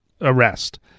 arrest